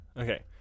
Okay